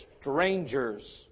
strangers